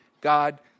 God